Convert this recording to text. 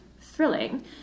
thrilling